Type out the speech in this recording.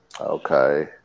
Okay